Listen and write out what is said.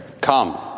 Come